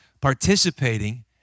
participating